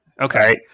Okay